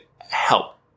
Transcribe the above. help